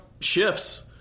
shifts